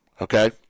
okay